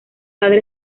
padre